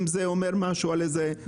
אם זה אומר משהו על איזה פרדיגמה --- לא,